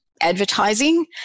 advertising